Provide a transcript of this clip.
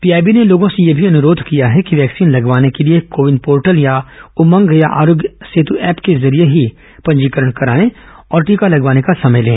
PIB ने लोगों से यह भी अनुरोध किया है कि वैक्सीन लगवाने के लिए कोविन पोर्टल या उमंग या आरोग्य सेत् ऐप के जरिए ही पंजीकरण कराएं और टीका लगवाने का समय लें